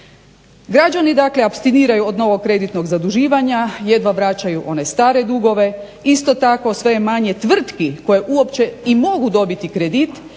Građani dakle apstiniraju od novog kreditnog zaduživanja, jedva vraćaju one stare dugove, isto tako sve je manje tvrtki koje uopće i mogu dobiti kredit